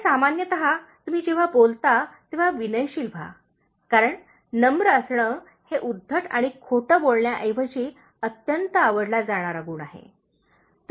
आणि सामान्यत तुम्ही जेव्हा बोलता तेव्हा विनयशील व्हा कारण नम्र असणे हे उद्धट आणि खोटे बोलण्याऐवजी अत्यंत आवडला जाणारा गुण आहे